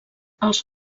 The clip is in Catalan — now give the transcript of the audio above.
els